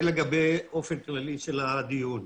זה באופן כללי לגבי הדיון.